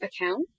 account